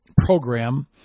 program